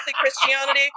christianity